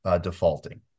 defaulting